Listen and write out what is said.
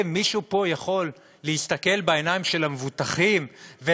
מישהו פה יכול להסתכל למבוטחים בעיניים